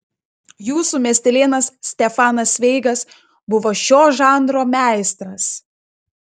jūsų miestelėnas stefanas cveigas buvo šio žanro meistras